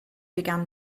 began